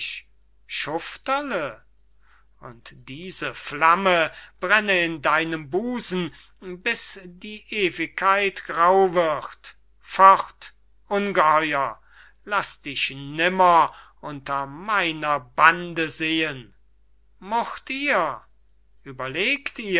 schufterle und diese flamme brenne in deinem busen bis die ewigkeit grau wird fort ungeheuer laß dich nimmer unter meiner bande sehen murrt ihr ueberlegt